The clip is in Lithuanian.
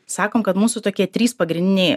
sakom kad mūsų tokie trys pagrindiniai